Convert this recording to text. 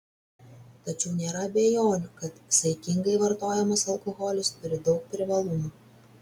tačiau nėra abejonių kad saikingai vartojamas alkoholis turi daug privalumų